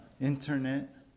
internet